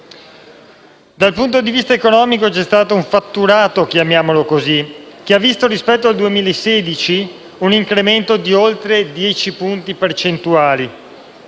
Dal punto di vista economico, vi è stato un fatturato - chiamiamolo così - che ha visto, rispetto al 2016, un incremento di oltre 10 punti percentuali.